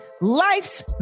life's